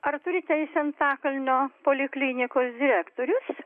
ar turi teisę antakalnio poliklinikos direktorius